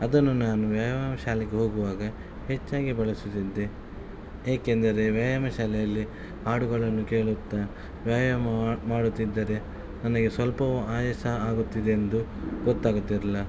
ಅದನ್ನು ನಾನು ವ್ಯಾಯಾಮ ಶಾಲೆಗೆ ಹೋಗುವಾಗ ಹೆಚ್ಚಾಗಿ ಬಳಸುತ್ತಿದ್ದೆ ಏಕೆಂದರೆ ವ್ಯಾಯಾಮ ಶಾಲೆಯಲ್ಲಿ ಹಾಡುಗಳನ್ನು ಕೇಳುತ್ತಾ ವ್ಯಾಯಾಮ ಮಾಡುತ್ತಿದ್ದರೆ ನನಗೆ ಸ್ವಲ್ಪವೂ ಆಯಾಸ ಆಗುತ್ತಿದೆಯೆಂದು ಗೊತ್ತಾಗುತ್ತಿರಲ್ಲ